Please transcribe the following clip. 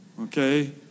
okay